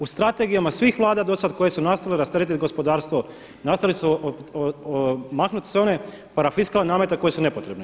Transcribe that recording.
U strategijama svih vlada do sada koje su nastojale rasteretiti gospodarstvo, nastojali su maknuti sve one parafiskalne namete koji su nepotrebni.